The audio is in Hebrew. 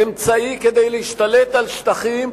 אמצעי כדי להשתלט על שטחים,